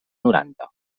noranta